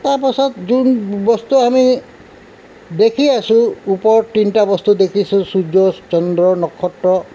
তাৰপাছত যোন বস্তু আমি দেখি আছোঁ ওপৰত তিনিটা বস্তু দেখিছোঁ চূৰ্য চন্দ্ৰ নক্ষত্ৰ